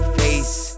face